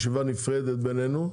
ישיבה נפרדת בינינו,